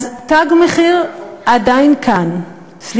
אז "תג מחיר" עדיין כאן, חל החוק הישראלי.